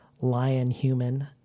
lion-human